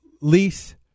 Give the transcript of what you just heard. lease